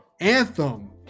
Anthem